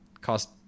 cost